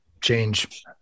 change